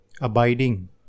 abiding